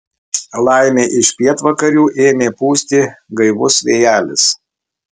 laimė iš pietvakarių ėmė pūsti gaivus vėjelis